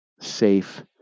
safe